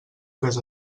tres